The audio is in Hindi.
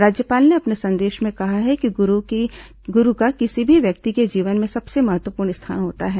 राज्यपाल ने अपने संदेश में कहा है कि गुरू का किसी भी व्यक्ति के जीवन में सबसे महत्वपूर्ण स्थान होता है